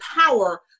power